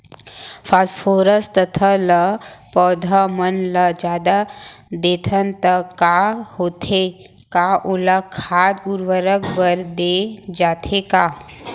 Phosphorus तथा ल पौधा मन ल जादा देथन त का होथे हे, का ओला खाद उर्वरक बर दे जाथे का?